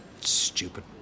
stupid